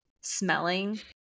smelling